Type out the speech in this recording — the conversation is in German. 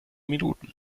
minuten